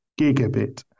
Gigabit